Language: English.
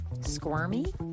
Squirmy